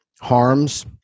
harms